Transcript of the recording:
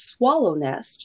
Swallownest